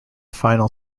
final